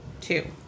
Two